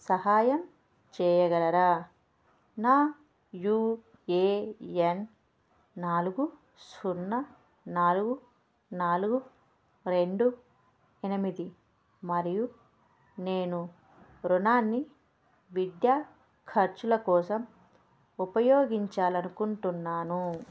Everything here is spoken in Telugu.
సహాయం చేయగలరా నా యూ ఏ ఎన్ నాలుగు సున్నా నాలుగు నాలుగు రెండు ఎనిమిది మరియు నేను రుణాన్ని విద్యా ఖర్చుల కోసం ఉపయోగించాలి అనుకుంటున్నాను